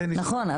זה--- נכון,